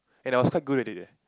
and I was quite good at it leh